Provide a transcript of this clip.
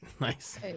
Nice